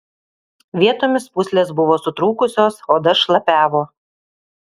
vietomis pūslės buvo sutrūkusios oda šlapiavo